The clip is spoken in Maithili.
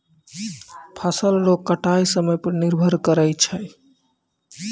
फसल रो कटाय समय पर निर्भर करै छै